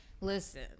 Listen